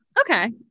Okay